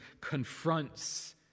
confronts